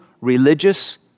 religious